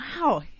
wow